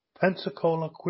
Pensacola